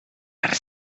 per